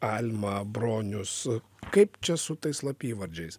alma bronius kaip čia su tais slapyvardžiais